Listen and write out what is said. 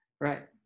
Right